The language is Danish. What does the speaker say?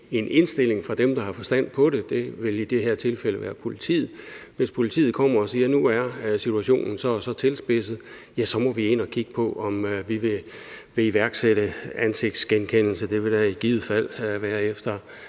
en indstilling fra dem, der har forstand på det, og det vil i det her tilfælde være politiet. Hvis politiet kommer og siger, at nu er situationen så tilspidset, ja, så må vi ind at kigge på, om vi vil iværksætte ansigtsgenkendelse. Det vil da i givet fald være efter